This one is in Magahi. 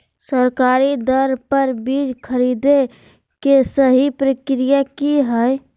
सरकारी दर पर बीज खरीदें के सही प्रक्रिया की हय?